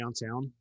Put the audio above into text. downtown